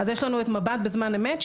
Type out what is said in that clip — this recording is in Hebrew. אז יש לנו את מבט בזמן אמת,